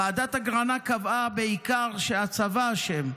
ועדת אגרנט קבעה בעיקר שהצבא אשם,